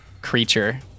creature